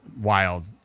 wild